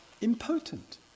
impotent